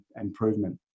improvement